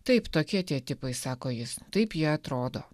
taip tokie tie tipai sako jis taip jie atrodo